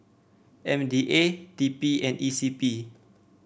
M D A T P and E C P